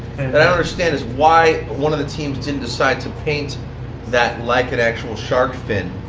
but understand is why one of the teams didn't decide to paint that like an actual shark fin,